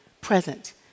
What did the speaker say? present